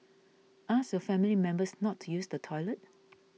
ask your family members not to use the toilet